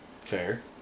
Fair